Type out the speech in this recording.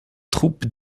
troupes